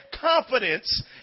confidence